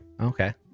Okay